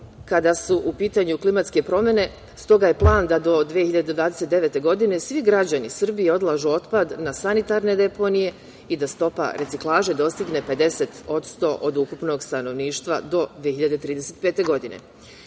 kada su u pitanju klimatske promene. Stoga, plan je da do 2029. godine svi građani Srbije odlažu otpad na sanitarne deponije i da stopa reciklaže dostigne 50% od ukupnog stanovništva do 2035. godine.U